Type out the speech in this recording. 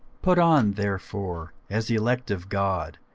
put on therefore, as the elect of god,